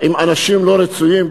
עם אנשים לא רצויים,